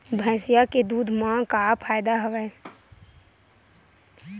भैंसिया के दूध म मोला का फ़ायदा हवय?